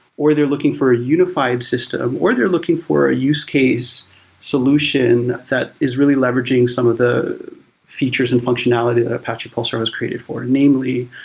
or they're looking for a unified system, system, or they're looking for a use case solution that is really leveraging some of the features and functionality that apache pulsar was created for. namely,